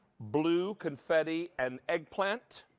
blue confetti and eggplant.